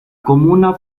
comuna